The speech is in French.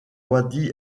wadi